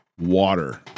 water